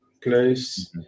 place